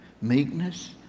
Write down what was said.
meekness